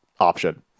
option